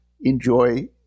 enjoy